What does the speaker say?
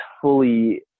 fully